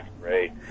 great